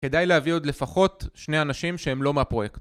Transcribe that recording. כדאי להביא עוד לפחות שני אנשים שהם לא מהפרויקט.